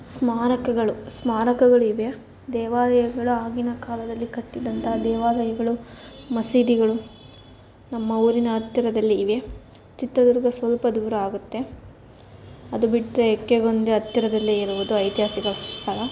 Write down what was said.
ಸ್ಮಾರಕಗಳು ಸ್ಮಾರಕಗಳಿವೆ ದೇವಾಲಯಗಳ ಆಗಿನ ಕಾಲದಲ್ಲಿ ಕಟ್ಟಿದಂತಹ ದೇವಾಲಯಗಳು ಮಸೀದಿಗಳು ನಮ್ಮ ಊರಿನ ಹತ್ತಿರದಲ್ಲಿ ಇವೆ ಚಿತ್ರದುರ್ಗ ಸ್ವಲ್ಪ ದೂರ ಆಗುತ್ತೆ ಅದು ಬಿಟ್ಟರೆ ಎಕ್ಕೆಗೊಂದಿ ಹತ್ತಿರದಲ್ಲೇ ಇರುವುದು ಐತಿಹಾಸಿಕ ಸ್ಥಳ